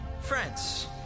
Friends